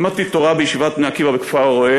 למדתי תורה בישיבת "בני עקיבא" בכפר-הרא"ה,